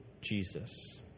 Jesus